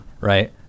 right